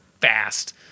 fast